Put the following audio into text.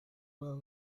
were